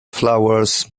flowers